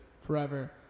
forever